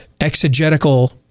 exegetical